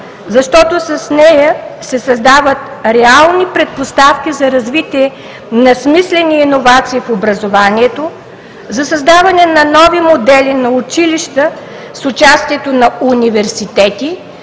защото с нея се създават реални предпоставки за развитие на смислени иновации в образованието, за създаване на нови модели на училища с участието на университети,